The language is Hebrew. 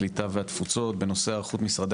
הקליטה והתפוצות בנושא היערכות משרדי